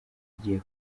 igihe